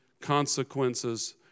consequences